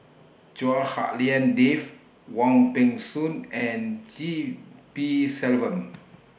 Chua Hak Lien Dave Wong Peng Soon and G P Selvam